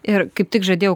ir kaip tik žadėjau